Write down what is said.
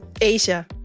Asia